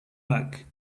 back